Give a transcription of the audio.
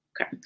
Okay